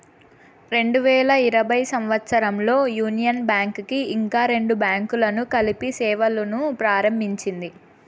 రెండు వేల ఇరవై సంవచ్చరంలో యూనియన్ బ్యాంక్ కి ఇంకా రెండు బ్యాంకులను కలిపి సేవలును ప్రారంభించింది